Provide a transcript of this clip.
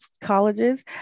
colleges